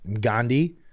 Gandhi